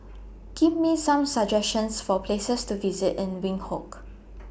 Give Me Some suggestions For Places to visit in Windhoek